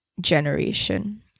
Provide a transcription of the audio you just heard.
generation